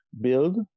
build